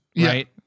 right